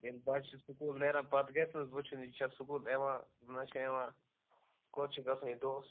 یِم بَچہِ چھِ سکوٗل نیران پَتہٕ گَژھِ نہٕ حظ وُچھُن یہِ چھا سکوٗل یِوان نہ چھا یِوان کوٚت چھِ گَژھان یہِ دۅہَس